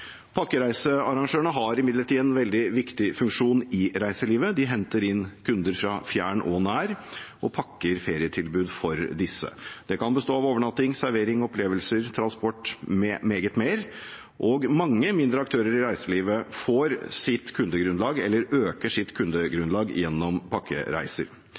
Pakkereisearrangørene har imidlertid en veldig viktig funksjon i reiselivet. De henter inn kunder fra fjern og nær og pakker ferietilbud for disse. Det kan bestå av overnatting, servering, opplevelser, transport, med meget mer. Mange mindre aktører i reiselivet får sitt kundegrunnlag eller øker sitt kundegrunnlag gjennom pakkereiser.